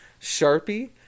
Sharpie